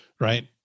right